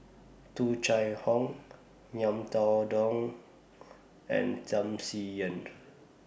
Tung Chye Hong Ngiam Tong Dow and Tham Sien Yen